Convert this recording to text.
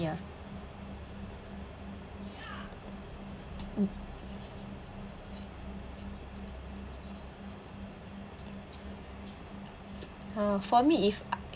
ah mm !huh! for me if